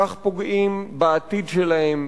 כך פוגעים בעתיד שלהם,